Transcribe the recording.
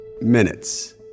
minutes